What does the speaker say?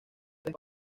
tres